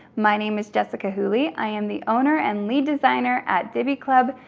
my name is jessica hooley, i am the owner and lead designer at diby club,